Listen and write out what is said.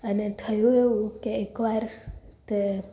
અને થયું એવું કે એક વાર તે